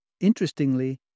Interestingly